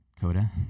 Coda